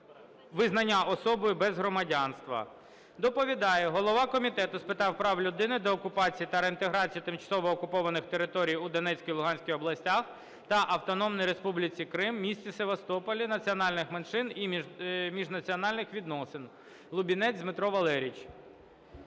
визнання особою без громадянства. Доповідає голова Комітету з питань прав людини, деокупації та реінтеграції тимчасово окупованих територій у Донецькій, Луганській областях та Автономної Республіки Крим, міста Севастополя, національних меншин і міжнаціональних відносин Лубінець Дмитро Валерійович.